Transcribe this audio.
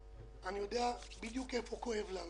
יודע בדיוק איפה כואב לנו